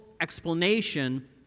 explanation